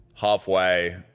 halfway